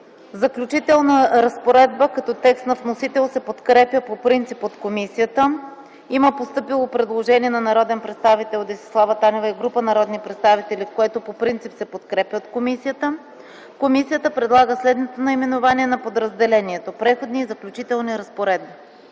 „Заключителна разпоредба”. Комисията подкрепя по принцип текста на вносителя. Има постъпило предложение на народния представител Десислава Танева и група народни представители, което по принцип се подкрепя от комисията. Комисията предлага следното наименование на подразделението: „Преходни и заключителни разпоредби”.